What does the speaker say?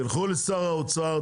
תלכו לשר האוצר,